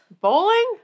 Bowling